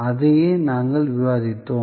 அதையே நாங்கள் விவாதித்தோம்